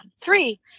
Three